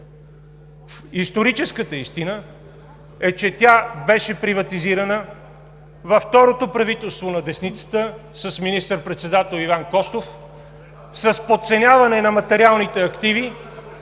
Историческата истина е, че тя беше приватизирана във второто правителство на десницата с министър-председател Иван Костов с подценяване на материалните активи